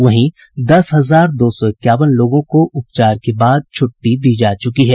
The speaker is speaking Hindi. वहीं दस हजार दो सौ इक्यावन लोगों को उपचार बाद छुट्टी दी जा चुकी है